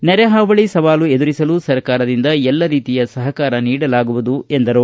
ನೆರೆಹಾವಳಿ ಸವಾಲು ಎದುರಿಸಲು ಸರ್ಕಾರದಿಂದ ಎಲ್ಲ ರೀತಿಯ ಸಹಕಾರ ನೀಡಲಾಗುವುದು ಎಂದರು